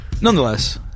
Nonetheless